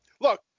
look